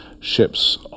ships